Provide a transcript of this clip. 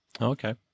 Okay